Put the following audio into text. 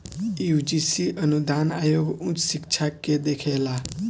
UGC अनुदान आयोग उच्च शिक्षा के देखेला